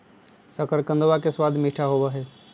शकरकंदवा के स्वाद मीठा होबा हई